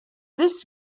this